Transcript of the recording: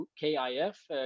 KIF